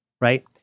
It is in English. right